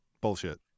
Bullshit